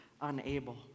unable